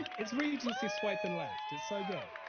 it's regency swiping left. it's so good.